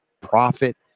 profit